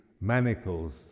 manacles